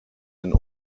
den